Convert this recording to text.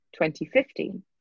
2015